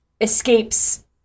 escapes